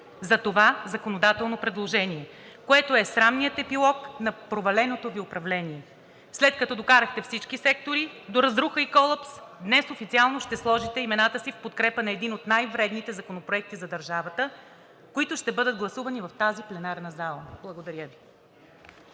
за това законодателно предложение, което е срамният епилог на проваленото Ви управление. След като докарахте всички сектори до разруха и колапс, днес официално ще сложите имената си в подкрепа на един от най-вредните законопроекти за държавата, които ще бъдат гласувани в тази пленарна зала. Благодаря Ви.